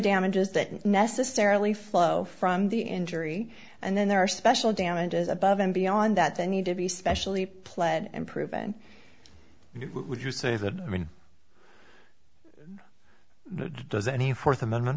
damages that necessarily flow from the injury and then there are special damages above and beyond that they need to be specially pled and proven would you say that i mean does any th amendment